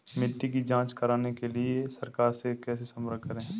मिट्टी की जांच कराने के लिए सरकार से कैसे संपर्क करें?